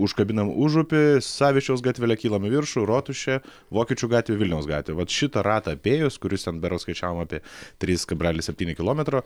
užkabinam užupį savičiaus gatvele kylam į viršų rotušė vokiečių gatvė vilniaus gatvė vat šitą ratą apėjus kuris ten berods skaičiavom apie trys kablelis septyni kilometro